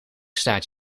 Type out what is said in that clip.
staat